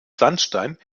sandstein